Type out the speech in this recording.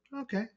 Okay